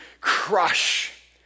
crush